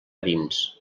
dins